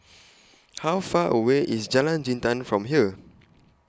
How Far away IS Jalan Jintan from here